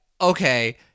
okay